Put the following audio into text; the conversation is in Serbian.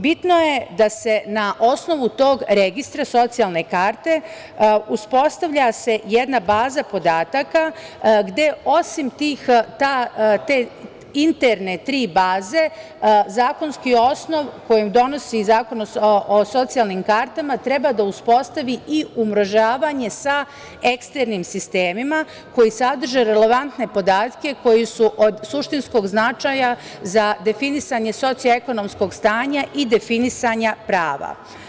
Bitno je da se na osnovu tog registra socijalne karte uspostavlja jedna baza podataka gde osim te interne tri baze zakonski osnov koji donosi zakon o socijalnim kartama treba da uspostavi i umrežavanje sa eksternim sistemima koji sadrže relevantne podatke koji su od suštinskog značaja za definisanje socioekonomskog stanja i definisanja prava.